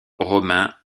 romains